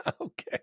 Okay